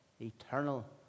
eternal